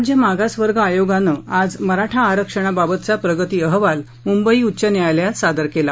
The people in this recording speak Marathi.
राज्य मागासवर्ग आयोगानं आज मराठा आरक्षणाबाबतचा प्रगती अहवाल मुंबई उच्च न्यायालयात सादर केला